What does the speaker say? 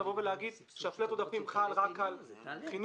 לבוא ולהגיד שה-flat עודפים חל רק על חינוך,